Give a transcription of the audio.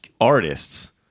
artists